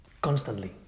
Constantly